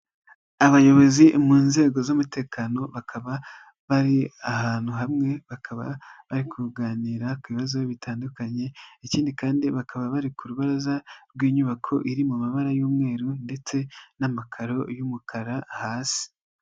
Abayobozi mu nzego z'umutekano bakaba bari ahantu hamwe, bakaba bari kuganira ku bibazo bitandukanye, ikindi kandi bakaba bari ku rubaraza rw'inyubako iri mu mabara y'umweru ndetse n'amakaro y'umukara hasi.